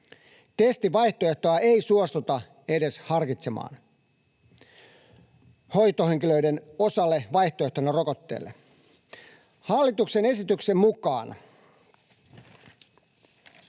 Testivaihtoehtoa ei suostuta edes harkitsemaan hoitohenkilöiden osalle vaihtoehtona rokotteelle. Hallituksen esityksen mukaan